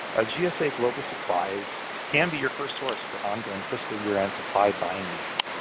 ah gsa global supplies can be your first source for ongoing fiscal year and supply buying needs.